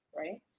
right